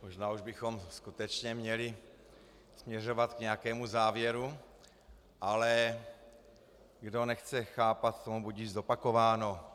Možná už bychom skutečně měli směřovat k nějakému závěru, ale kdo nechce chápat, tomu budiž zopakováno.